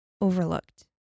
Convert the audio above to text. overlooked